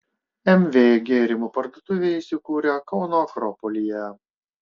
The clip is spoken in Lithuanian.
mv gėrimų parduotuvė įsikūrė kauno akropolyje